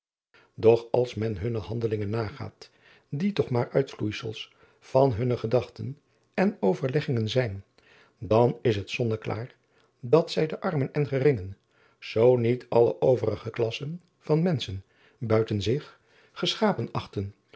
och als men hunne handelingen nagaat die toch maar de uitvloeisels van hunne gedachten en overleggingen zijn dan is het zonneklaar dat zij de armen en geringen zoo niet alle overige klassen van menschen buiten zich geschapen achten